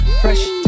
Fresh